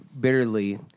bitterly